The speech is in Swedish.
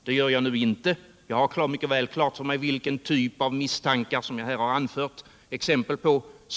Det gör jag nu inte. Jag har mycket väl klart för mig vilka typer av misstankar som jag här har anfört exempel på.